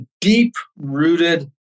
deep-rooted